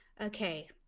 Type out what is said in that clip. okay